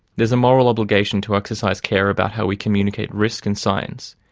there's a moral obligation to exercise care about how we communicate risk and science,